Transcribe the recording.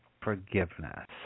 forgiveness